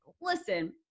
listen